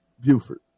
Buford